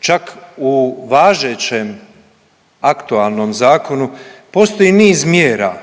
Čak u važećem aktualnom zakonu postoji niz mjera